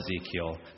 Ezekiel